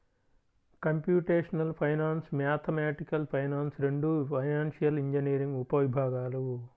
computational finance, mathematical finance రెండూ financial engineering ఉపవిభాగాలు